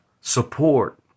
support